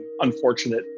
unfortunate